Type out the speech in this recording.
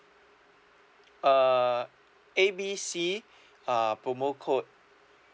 uh A B C uh promo code